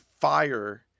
fire